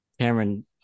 Cameron